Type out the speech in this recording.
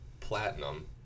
platinum